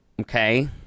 okay